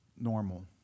normal